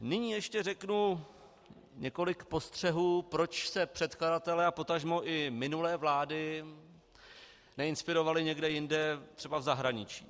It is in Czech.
Nyní ještě řeknu několik postřehů, proč se předkladatelé a potažmo i minulé vlády neinspirovali někde jinde, třeba v zahraničí.